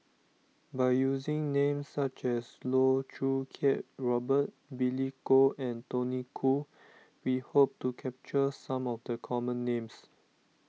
by using names such as Loh Choo Kiat Robert Billy Koh and Tony Khoo we hope to capture some of the common names